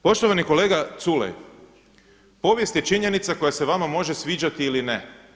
Poštovani kolega Culej, povijest je činjenica koja se vama može sviđati ili ne.